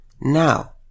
Now